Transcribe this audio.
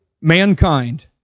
mankind